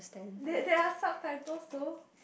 there there are subtitle so